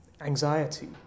anxiety